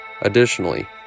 Additionally